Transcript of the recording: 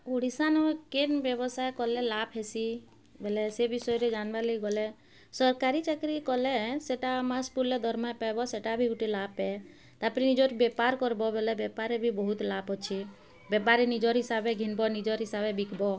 ଓଡ଼ିଶା ନ କେନ୍ ବ୍ୟବସାୟ କଲେ ଲାଭ ହେସି ବେଲେ ସେ ବିଷୟରେ ଜାଣିବା ଲାଗି ଗଲେ ସରକାରୀ ଚାକିରି କଲେ ସେଟା ମାସ୍ ପୁର୍ଲେ ଦରମା ପାଏବ ସେଟା ବି ଗୋଟେ ଲାଭ୍ ଆଏ ତାପରେ ନିଜର୍ ବେପାର୍ କର୍ବ ବେଲେ ବେପାର୍ରେ ବି ବହୁତ୍ ଲାଭ୍ ଅଛି ବେପାରେ ନିଜର୍ ହିସାବରେ ଘିନ୍ବ ନିଜର୍ ହିସାବେ ବିକ୍ବ